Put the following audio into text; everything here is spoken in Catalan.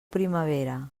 primavera